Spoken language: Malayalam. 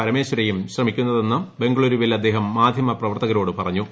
പരമേശ്വരയും ശ്രമിക്കുന്നതെന്ന് ബ്ഠ്ജൂളുരുവിൽ അദ്ദേഹം മാധ്യമ പ്രവർത്തകരോട് പറഞ്ഞു